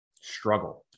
struggle